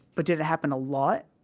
but did it happen a lot?